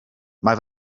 mae